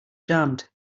jammed